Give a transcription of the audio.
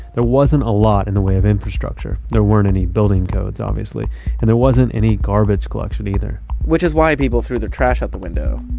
there wasn't a lot in the way of infrastructure. there weren't any building codes obviously and there wasn't any garbage collection either which is why people threw their trash out the window.